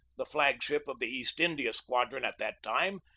the flag-ship of the east india squad ron at that time,